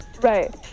Right